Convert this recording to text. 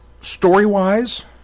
Story-wise